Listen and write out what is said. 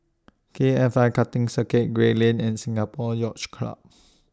K F I Karting Circuit Gray Lane and Singapore Yacht Club